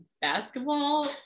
basketball